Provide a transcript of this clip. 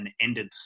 ended